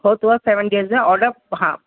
ہو تو آ seven days ہے آڈر ہاں